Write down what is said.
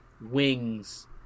wings